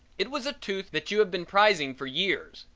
it was a tooth that you had been prizing for years,